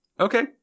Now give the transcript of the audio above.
Okay